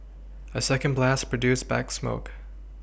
a second blast produced black smoke